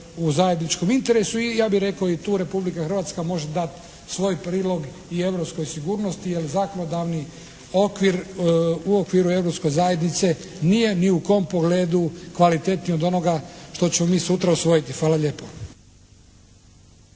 u zajedničkom interesu i, ja bih rekao i tu Republika Hrvatska može dati svoj prilog i europskoj sigurnosti jer zakonodavni okvir u okviru Europske zajednice nije ni u kom pogledu kvalitetniji od onoga što ćemo mi sutra usvojiti. Hvala lijepo.